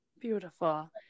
Beautiful